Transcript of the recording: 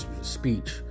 speech